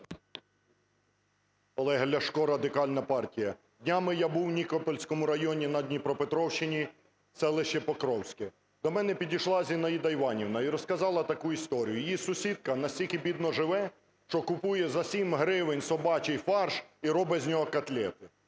Олег Ляшко, Радикальна партія. Днями я був в Нікопольському районі на Дніпропетровщині, селище Покровське. До мене підійшла Зінаїда Іванівна і розказала таку історію. Її сусідка настільки бідно живе, що купує за 7 гривень собачий фарш і робить з нього котлети.